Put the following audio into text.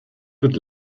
wird